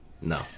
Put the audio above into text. No